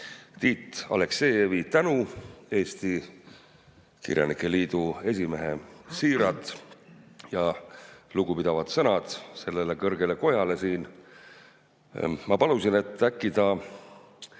Tiit Aleksejevi tänu, Eesti Kirjanike Liidu esimehe siirad ja lugupidavad sõnad sellele kõrgele kojale siin. Ma palusin, et äkki ta